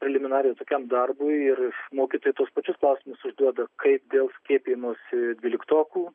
preliminariai tokiam darbui ir mokytojai tokius pačius klausimus užduoda kaip dėl skiepijimosi dvyliktokų